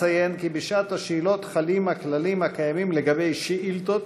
אציין כי בשעת השאלות חלים הכללים הקיימים על שאילתות,